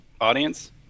audience